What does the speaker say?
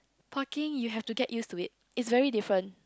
parking you have to get used to it is very different